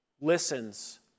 listens